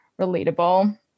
relatable